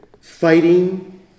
fighting